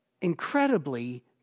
incredibly